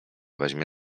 weźmie